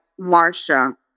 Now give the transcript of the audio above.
Marsha